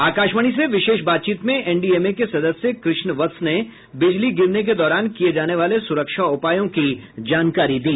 आकाशवाणी से विशेष बातचीत में एनडीएमए के सदस्य कृष्ण वत्स ने बिजली गिरने के दौरान किए जाने वाले सुरक्षा उपायों की जानकारी दी